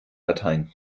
dateien